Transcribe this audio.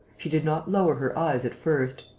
she did not lower her eyes at first.